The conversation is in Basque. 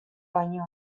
baino